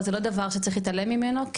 דבר שצריך להתעלם ממנו,